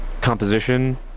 Composition